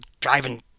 driving